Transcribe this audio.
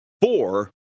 four